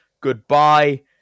goodbye